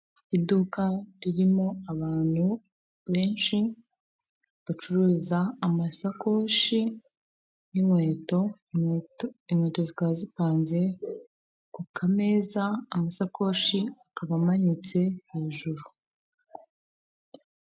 Iduka ririmo abantu benshi bacuruza amasakoshi y'inkweto, inkweto zikaba zipanze ku kameza neza amasakoshi akaba amanyutse hejuru.